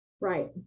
Right